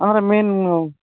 ಹಾಂ ಅಂದರೆ ಮೇನು